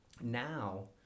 now